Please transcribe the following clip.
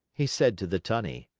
he said to the tunny.